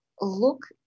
look